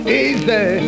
easy